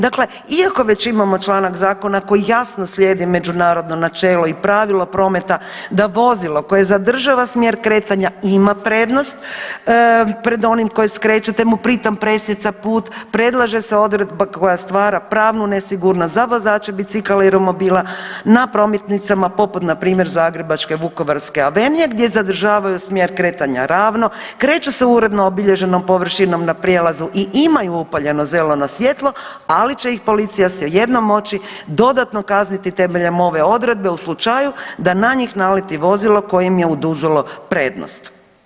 Dakle, iako već imamo članka zakona koji jasno slijedi međunarodno načelo i pravilo prometa da vozilo koje zadržava smjer kretanja ima prednost pred onim koji skreće, te mu pri tom presijeca put predlaže se odredba koja stvara pravnu nesigurnost za vozače bicikala i romobila na prometnicama poput npr. zagrebačke Vukovarske avenije gdje zadržavaju smjer kretanja ravno, kreću se uredno obilježenom površinom na prijelazu i imaju upaljeno zeleno svjetlo, ali će ih policija svejedno moći dodatno kazniti temeljem ove odredbe u slučaju da na njih naleti vozilo koje im je oduzelo prednost.